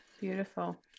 Beautiful